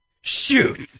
Shoot